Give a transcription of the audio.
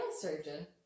surgeon